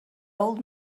old